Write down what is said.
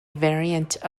variant